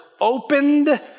opened